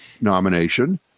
nomination